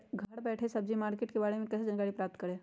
घर बैठे सब्जी मार्केट के बारे में कैसे जानकारी प्राप्त करें?